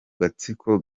gatsiko